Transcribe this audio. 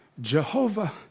Jehovah